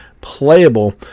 playable